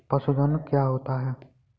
पशुधन क्या होता है?